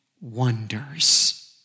wonders